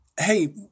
hey